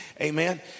amen